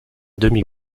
demi